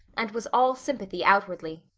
and was all sympathy outwardly.